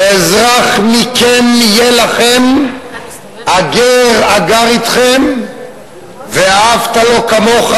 כאזרח מכם יהיה לכם הגר הגר אתכם ואהבת לו כמוך,